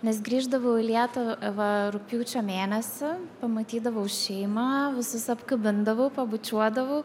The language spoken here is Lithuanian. nes grįždavau į lietuvą rugpjūčio mėnesį pamatydavau šeimą visus apkabindavau pabučiuodavau